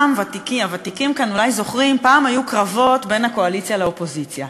הוותיקים כאן אולי זוכרים: פעם היו קרבות בין הקואליציה לאופוזיציה,